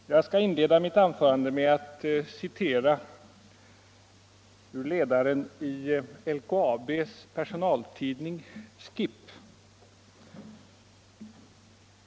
Fru talman! Jag skall inleda mitt anförande med att citera ur ledaren i LKAB:s personaltidning SKIP.